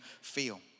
feel